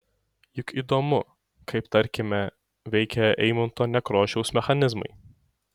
juk įdomu kaip tarkime veikia eimunto nekrošiaus mechanizmai